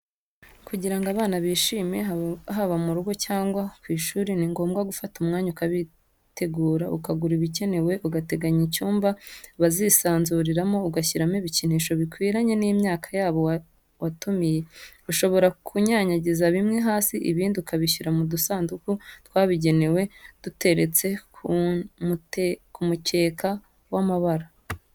Kugirango abana bishime, haba mu rugo cyangwa ku ishuri, ni ngombwa gufata umwanya ukabitegura; ukagura ibikenewe, ugateganya icyumba bazisanzuriramo, ugashyiramo ibikinisho bikwiranye n'imyaka y'abo watumiye, ushobora kunyanyagiza bimwe hasi ibindi ukabishyira mu dusanduku twabigenewe, duteretse ku mukeka w'amabara.